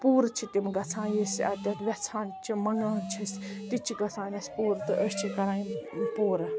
پوٗرٕ چھِ تِم گَژھان یُس اَتٮ۪تھ یژھان چھُ منگان چھِ أسۍ تہِ چھِ گَژھان اَتہِ نَس پوٗرٕ